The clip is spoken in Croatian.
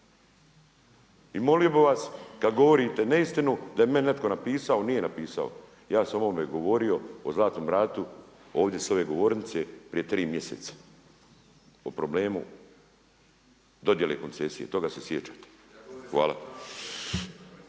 I molimo bih vas kada govorite neistinu, da je meni netko napisao, nije napisao. Ja sam o ovome govorio, o Zlatnom ratu ovdje sa ove govornice prije 3 mjeseca o problemu dodjele koncesija, toga se sjećate. Hvala.